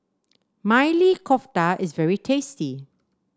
Maili Kofta is very tasty